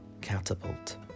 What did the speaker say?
catapult